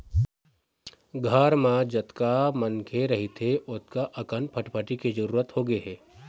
घर म जतका मनखे रहिथे ओतका अकन फटफटी के जरूरत होगे हे